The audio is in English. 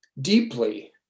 deeply